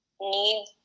need